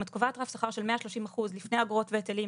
אם את קובעת רף שכר של 130 אחוז לפני אגרות והיטלים,